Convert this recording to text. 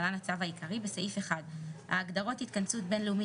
התשפ"א 2021. הצו נמצא